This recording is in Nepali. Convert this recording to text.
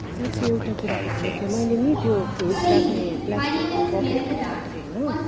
साँच्चै एउटा कुरा भन्नु थियो मैले पनि त्यो फ्रुट्स राख्ने प्लास्टिकको बकेटहरू मगाएको थिएँ होइन